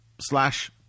slash